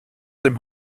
dem